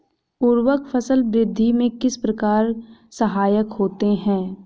उर्वरक फसल वृद्धि में किस प्रकार सहायक होते हैं?